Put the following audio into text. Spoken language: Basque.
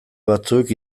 batzuek